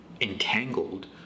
entangled